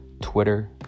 Twitter